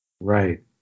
Right